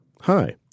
Hi